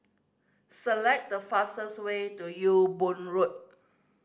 select the fastest way to Ewe Boon Road